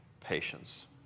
patience